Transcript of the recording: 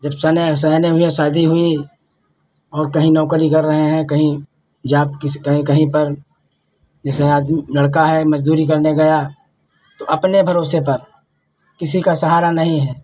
जब सने सयाने हुए शादी हुई और कहीं नौकरी कर रहे हैं कहीं जॉब किसी कहीं कहीं पर जैसे आदमी लड़का है मज़दूरी करने गया तो अपने भरोसे पर किसी का सहारा नहीं है